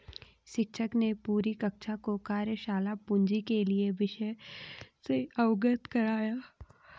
शिक्षक ने पूरी कक्षा को कार्यशाला पूंजी के विषय से अवगत कराया